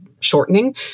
shortening